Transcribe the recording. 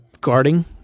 guarding